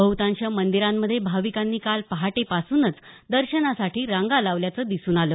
बहतांश मंदिरांमध्ये भाविकांनी काल पहाटेपासूनच दर्शनासाठी रांगा लावल्याचं दिसून आलं